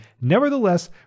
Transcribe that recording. nevertheless